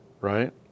Right